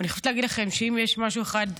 ואני חייבת להגיד לכם שאם יש משהו אחד,